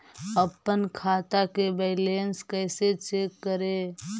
अपन खाता के बैलेंस कैसे चेक करे?